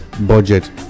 budget